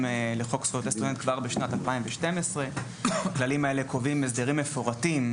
לחוק זכויות הסטודנט כבר בשנת 2012. הכללים האלה קובעים הסדרים מפורטים,